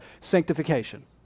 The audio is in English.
sanctification